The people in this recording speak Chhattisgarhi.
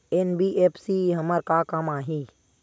एन.बी.एफ.सी हमर का काम आही?